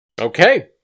Okay